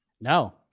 No